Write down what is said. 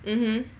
mmhmm